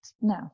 no